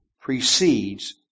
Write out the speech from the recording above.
precedes